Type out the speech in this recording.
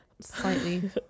slightly